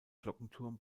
glockenturm